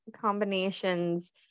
combinations